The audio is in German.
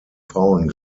frauen